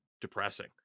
depressing